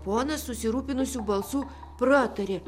ponas susirūpinusiu balsu pratarė